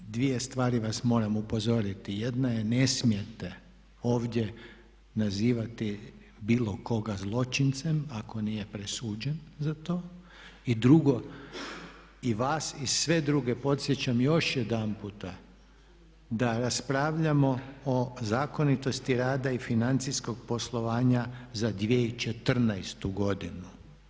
Dvije stvari vas moram upozoriti, jedna je ne smijete ovdje nazivati bilo koga zločincem ako nije presuđen za to i drugo i vas i sve druge podsjećam još jedan puta da raspravljamo o zakonitosti rada i financijskog poslovanja za 2014.godinu.